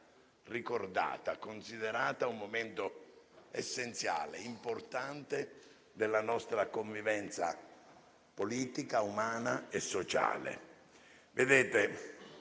ricordata e considerata un momento essenziale e importante della nostra convivenza politica, umana e sociale.